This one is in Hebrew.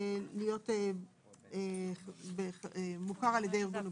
להיות מוכר על ידי ארגון הגג".